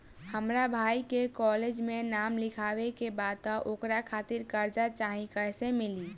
हमरा भाई के कॉलेज मे नाम लिखावे के बा त ओकरा खातिर कर्जा चाही कैसे मिली?